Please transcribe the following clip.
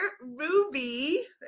Ruby